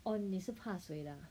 oh 你是怕水